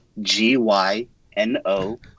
G-Y-N-O